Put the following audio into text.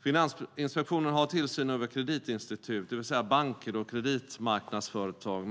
Finansinspektionen har tillsyn över kreditinstitut, det vill säga banker och kreditmarknadsföretag.